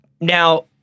Now